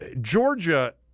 Georgia –